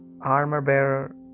armor-bearer